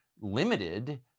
limited